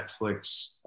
Netflix